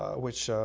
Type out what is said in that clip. which